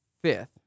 fifth